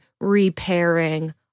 repairing